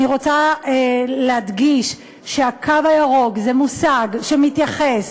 אני רוצה להדגיש שהקו הירוק הוא מושג שמתייחס